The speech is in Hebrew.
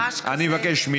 אני מבקש,